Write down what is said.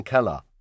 Keller